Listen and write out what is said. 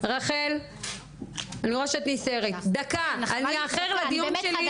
אני אאחר לדיון שלי,